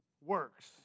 works